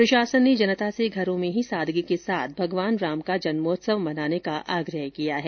प्रशासन ने जनता से घरों में ही सादगी के साथ ही भगवान राम का जन्मोत्सव मनाने का आग्रह किया है